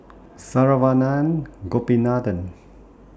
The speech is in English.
Saravanan Gopinathan